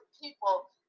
people